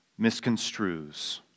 misconstrues